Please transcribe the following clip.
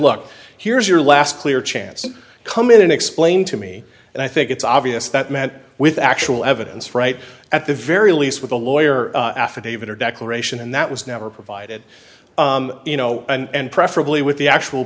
look here's your last clear chance to come in and explain to me and i think it's obvious that met with actual evidence right at the very least with a lawyer affidavit or declaration and that was never provided you know and preferably with the actual